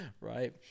right